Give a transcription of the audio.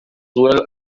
well